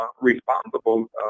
responsible